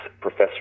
Professor